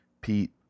Pete